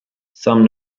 some